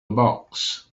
box